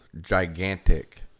gigantic